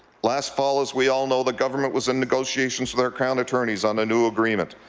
last fall, as we all know, the government was in negotiations with our crown attorneys on the new agreement.